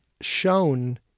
shown